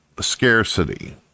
scarcity